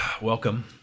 Welcome